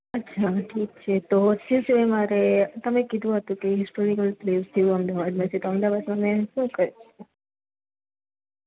અચ્છા ઠીક છે તો મારે તમે કીધું હતું કે હિસ્ટોરિકલ પ્લેસ જેવું અમદાવાદમાં છે તો અમદાવાદમાં મેં શું ક